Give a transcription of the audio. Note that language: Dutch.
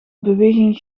beweging